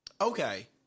Okay